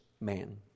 man